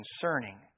concerning